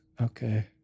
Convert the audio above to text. Okay